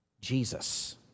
Jesus